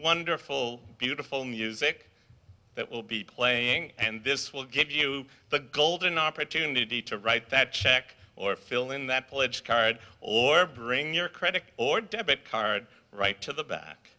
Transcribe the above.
wonderful beautiful music that will be playing and this will give you the golden opportunity to write that check or fill in that pledge card or bring your credit or debit card right to the back